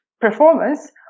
performance